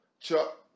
Chuck